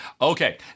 Okay